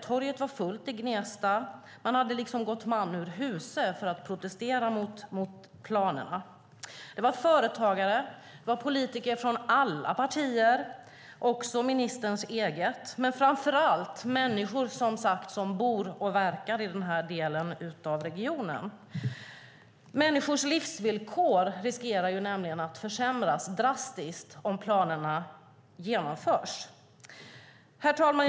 Torget i Gnesta var fullt; man hade gått man ur huse för att protestera mot planerna. Det var företagare, det var politiker från alla partier, också ministerns, men framför allt människor som bor och verkar i denna del av regionen. Människors livsvillkor riskerar att försämras drastiskt om planerna genomförs. Herr talman!